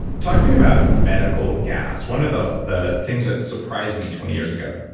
talk to me about medical gas. one of the the things that surprised me twenty years ago,